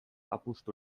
apustu